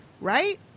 right